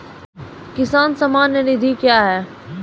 किसान सम्मान निधि क्या हैं?